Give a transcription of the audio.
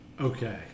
okay